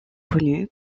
connu